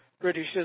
British